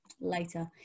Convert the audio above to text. later